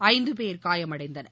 ஐந்து பேர் காயமடைந்தனர்